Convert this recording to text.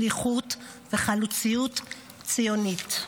שליחות וחלוציות ציונית.